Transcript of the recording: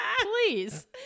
please